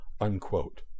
unquote